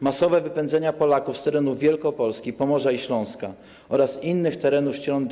Masowe wypędzenia Polaków z terenów Wielkopolski, Pomorza i Śląska oraz innych terenów wcielonych do